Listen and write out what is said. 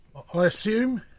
i assume?